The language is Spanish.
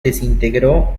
desintegró